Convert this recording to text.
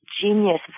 genius